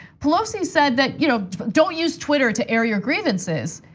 pelosi said that you know don't use twitter to air your grievances,